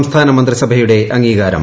സംസ്ഥാന മന്ത്രിസഭയുടെ അംഗീകാരം